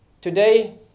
today